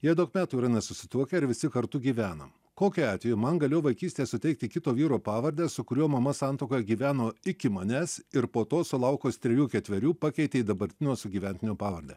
jie daug metų yra nesusituokę ir visi kartu gyvenam kokiu atveju man galėjo vaikystėje suteikti kito vyro pavardę su kuriuo mama santuokoje gyveno iki manęs ir po to sulaukus trejų ketverių pakeitė į dabartinio sugyventinio pavardę